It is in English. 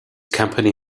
company